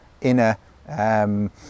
inner